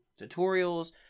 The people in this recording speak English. tutorials